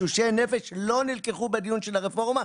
תשושי נפש לא נלקחו בדיון של הרפורמה,